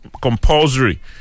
compulsory